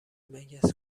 مگس